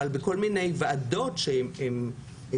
אבל בכל מיני ועדות שהן הציעו,